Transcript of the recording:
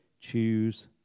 Choose